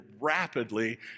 rapidly